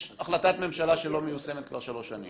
החלטת ממשלה שלא מיושמת כבר שלוש שנים.